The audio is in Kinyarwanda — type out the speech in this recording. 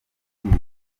kwiba